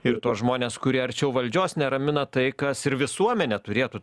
ir tuos žmones kurie arčiau valdžios neramina tai kas ir visuomenę turėtų